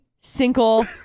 single